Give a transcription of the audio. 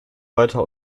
weiter